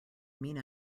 mina